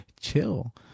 chill